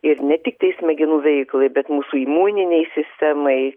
ir ne tiktai smegenų veiklai bet mūsų imuninei sistemai